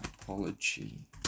Apology